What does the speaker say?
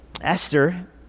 Esther